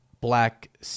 black